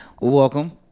Welcome